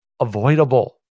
avoidable